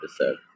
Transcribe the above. episode